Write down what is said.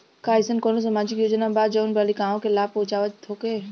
का एइसन कौनो सामाजिक योजना बा जउन बालिकाओं के लाभ पहुँचावत होखे?